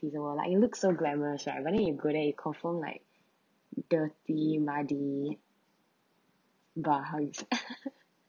desirable like you look so glamorous right you wear in good and it confirm like dirty muddy